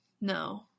No